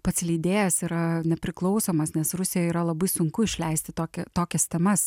pats leidėjas yra nepriklausomas nes rusijoj yra labai sunku išleisti tokią tokias temas